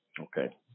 Okay